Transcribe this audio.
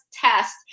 test